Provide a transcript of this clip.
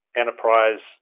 enterprise